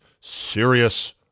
serious